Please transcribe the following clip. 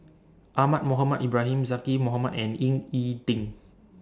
Ahmad Mohamed Ibrahim Zaqy Mohamad and Ying E Ding